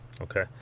Okay